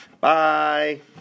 Bye